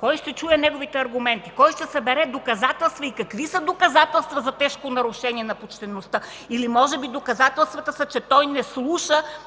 кой ще чуе неговите аргументи, кой ще събере доказателства и какви са доказателствата за тежко нарушение на почтеността? Или може би доказателствата са, че той не слуша